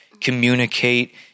communicate